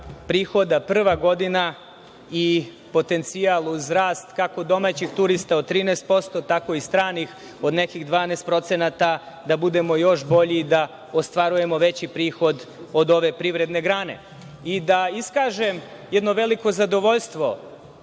prihoda prva godina i potencijal uz rast, kako domaćih turista od 13%, tako i stranih od nekih 12%, da budemo još bolji i da ostvarujemo još veći prihod od ove privredne grane.I da iskažem jedno veliko zadovoljstvo